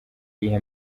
iyihe